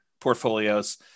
portfolios